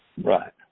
Right